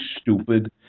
stupid